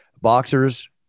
boxers